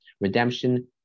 redemption